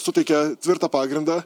suteikia tvirtą pagrindą